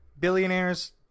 Billionaires